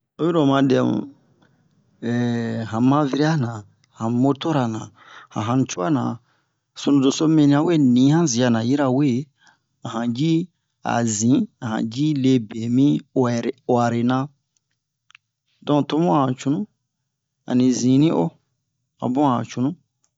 oyiro oma dɛmu han maviri-yana han moto-rana han hanucuya -na sunu doso mibin wee ni han ziya na yirabe a han ji a zin a han ji le be mi uwɛre uwarena donk tomu a han cunu ani zinni o a bun a han cunu